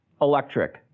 electric